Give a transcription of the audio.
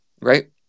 right